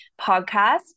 podcast